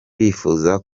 bifuza